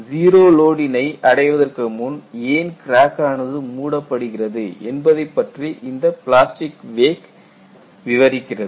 zero லோடினை அடைவதற்கு முன் ஏன் கிராக் ஆனது மூடப்படுகிறது என்பதைப்பற்றி இந்த பிளாஸ்டிக் வேக் விவரிக்கிறது